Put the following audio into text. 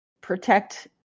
protect